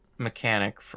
Mechanic